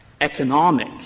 Economic